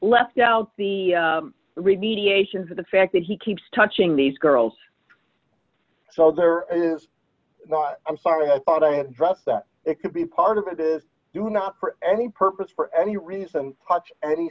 left out the remediation for the fact that he keeps touching these girls so there is no i'm sorry i thought i addressed that it could be part of it is do not for any purpose for any reason such any